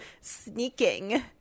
sneaking